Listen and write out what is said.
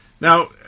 Now